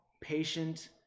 patient